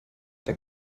der